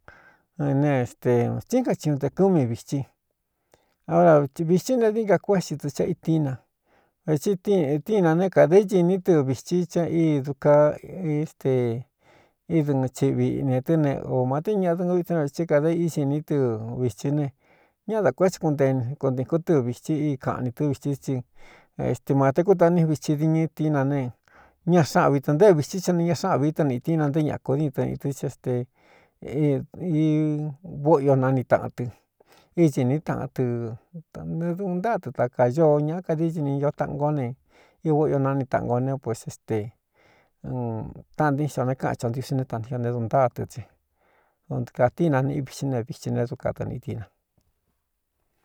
Neste stín kaciñute kú́ mi vitsí ora vītsí ne diín ka kuési tɨ chá itíí na vētsi tíinnā né kādā ídiní tɨ viti cha í duka ste ídɨɨn csiꞌvi ꞌnē tɨ́ ne o maté ñaꞌdɨk vitɨ ne vītsɨ kāda ísiní tɨ vitsí ne ñáꞌa dā kuétsí kunte kontīkún tɨ vītsi í kaꞌnī tɨ́ vitsí tsi estimatekúta ní vitsi diñɨ tíín na ne ña xáꞌvi tā̄ nté vitsí tha ni ña xáꞌ vií tɨniꞌītína nté ñaꞌ kū diɨ tɨniꞌi dɨ́ cí éstei vóꞌo io nani taꞌan tɨ ítsiní taꞌan tɨne duꞌun ntáatɨ ta kañoo ñāꞌa kadeiini i taꞌan ngó ne i vóꞌo io náni taꞌango né pués ésten taꞌanti xa o né káꞌan chaꞌntiusi né tanio ne duꞌn ntáatɨ tse duntɨ kātiinaniꞌí vití ne vitsi ne duka dɨniꞌdína.